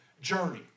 Journey